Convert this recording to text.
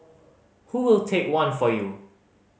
who will take one for you